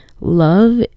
love